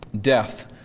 Death